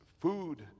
food